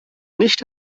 nicht